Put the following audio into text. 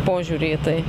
požiūrį į tai